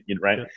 right